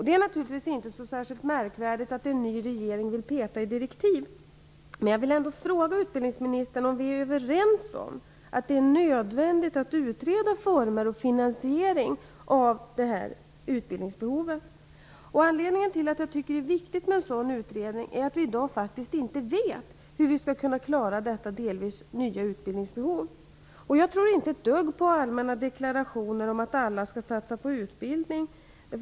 Det är naturligtvis inte särskilt märkvärdigt att en ny regering vill peta i direktiv, men jag vill ändå fråga utbildningsministern om ifall vi är överens om att det är nödvändigt att utreda former och finansiering av detta utbildningsbehov. Anledningen till att jag tycker att en sådan utredning är viktig är att vi i dag faktiskt inte vet hur vi skall kunna klara detta, delvis nya, utbildningsbehov. Jag tror inte ett dugg på allmänna deklarationer om att alla skall satsa på utbildning.